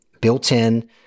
built-in